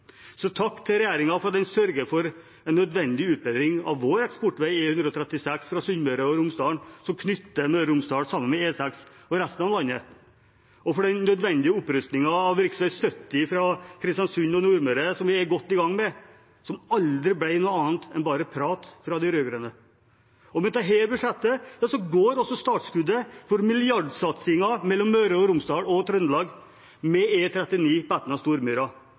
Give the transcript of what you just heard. Så takk til regjeringen for at den sørger for en nødvendig utbedring av vår eksportvei, E136, fra Sunnmøre og Romsdalen, som knytter Møre og Romsdal sammen med E6 og resten av landet, og for den nødvendige opprustningen av rv. 70, fra Kristiansund og Nordmøre, som vi er godt i gang med, og som aldri ble noe annet enn prat fra de rød-grønne. Med dette budsjettet går også startskuddet for milliardsatsingen mellom Møre og Romsdal og Trøndelag med